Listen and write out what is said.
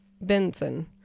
Benson